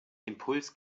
impuls